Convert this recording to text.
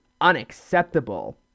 unacceptable